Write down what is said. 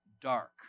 dark